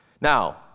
Now